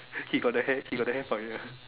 he got the hair he got the hair for it ah